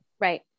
right